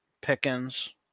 Pickens